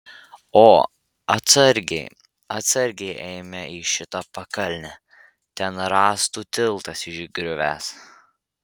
o atsargiai atsargiai eime į šitą pakalnę ten rąstų tiltas išgriuvęs